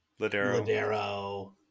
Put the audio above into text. Ladero